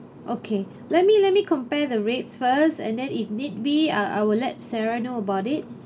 okay let me let me compare the rates first and then if need be I I will let sarah know about it